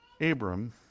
Abram